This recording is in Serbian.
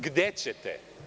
Gde ćete?